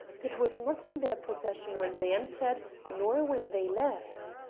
it was not in their possession when they entered, nor when they left.